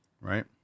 Right